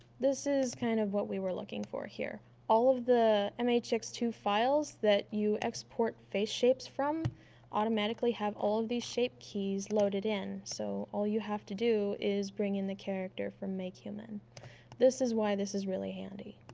this is kind of what we were looking for here. all of the m h x two files that you export face shapes from automatically have all of these shape keys loaded in. so all you have to do is bring in the character from makehuman this is why this is really handy